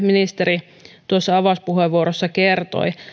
ministeri avauspuheenvuorossaan kertoi